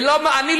ואני,